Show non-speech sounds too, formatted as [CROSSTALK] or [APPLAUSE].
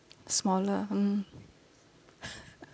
smaller mm [LAUGHS]